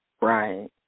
Right